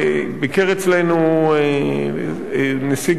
ביקר אצלנו נשיא גרמניה,